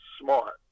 smart